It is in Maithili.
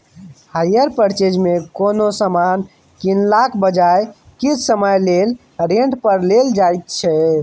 हायर परचेज मे कोनो समान कीनलाक बजाय किछ समय लेल रेंट पर लेल जाएत छै